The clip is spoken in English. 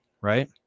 right